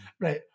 Right